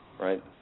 right